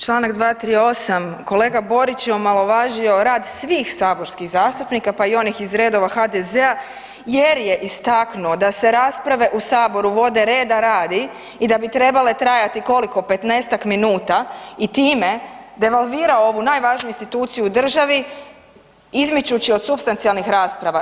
Čl. 238.kolega Borić je omalovažio rad svih saborskih zastupnika pa i oni iz redova HDZ-a jer je istaknuo da se rasprave u Saboru vode reda radi i da bi trebale trajati, koliko, 15-ak minuta i time devalvirao ovu najvažniju instituciju u državi izmičući od supstancijalnih rasprava.